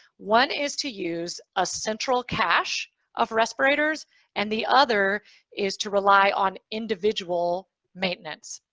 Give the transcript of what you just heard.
one is to use a central cash of respirators and the other is to rely on individual maintenance.